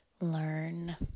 Learn